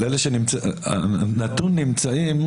הנתון 'נמצאים',